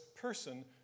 person